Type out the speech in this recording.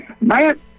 Man